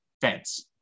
fence